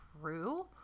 true